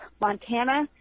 Montana